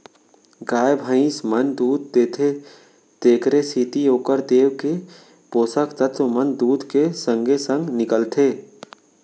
गाय भइंस मन दूद देथे तेकरे सेती ओकर देंव के पोसक तत्व मन दूद के संगे संग निकलथें